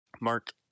Mark